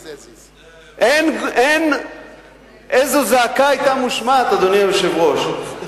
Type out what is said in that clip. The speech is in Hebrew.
אין, איזו זעקה היתה מושמעת, אדוני היושב-ראש.